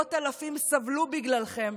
ומאות אלפים סבלו בגללכם.